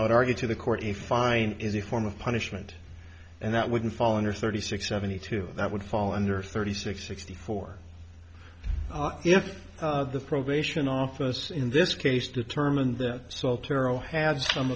i would argue to the court a fine is a form of punishment and that wouldn't fall under thirty six seventy two that would fall under thirty six sixty four if the probation office in this case determined that so terrell had some